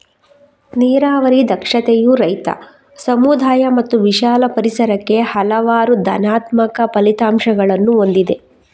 ನೀರಾವರಿ ದಕ್ಷತೆಯು ರೈತ, ಸಮುದಾಯ ಮತ್ತು ವಿಶಾಲ ಪರಿಸರಕ್ಕೆ ಹಲವಾರು ಧನಾತ್ಮಕ ಫಲಿತಾಂಶಗಳನ್ನು ಹೊಂದಿದೆ